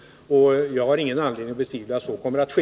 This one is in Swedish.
Jag har ingen anledning att betvivla att så kommer att ske.